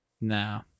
No